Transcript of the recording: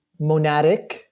monadic